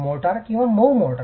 mortar किंवा मऊ mortar